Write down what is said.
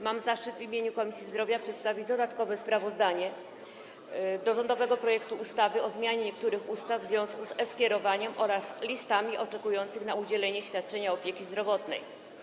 Mam zaszczyt w imieniu Komisji Zdrowia przedstawić dodatkowe sprawozdanie w sprawie rządowego projektu ustawy o zmianie niektórych ustaw w związku z e-skierowaniem oraz listami oczekujących na udzielenie świadczenia opieki zdrowotnej.